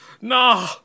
Nah